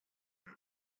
mit